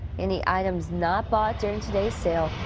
any items not bought during today's sale.